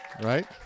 Right